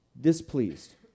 displeased